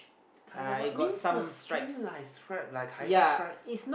tiger but means the skin like strip like tiger strips